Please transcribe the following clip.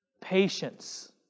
Patience